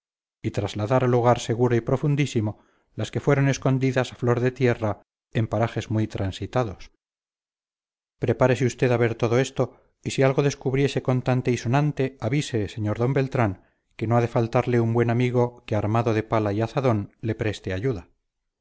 y trasladar a lugar seguro y profundísimo las que fueron escondidas a flor de tierra en parajes muy transitados prepárese usted a ver todo esto y si algo descubriese contante y sonante avise sr d beltrán que no ha de faltarle un buen amigo que armado de pala y azadón le preste ayuda